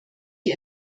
die